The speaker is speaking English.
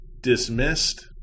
dismissed